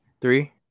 Three